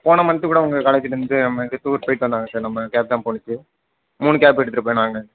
போன மந்த்துக்கூட உங்கள் காலேஜிலந்து நம்ம இது டூர் போயிவிட்டு வந்தாங்க சார் நம்ம கேப் தான் போனுச்சு மூணு கேப் எடுத்துகிட்டு போனாங்க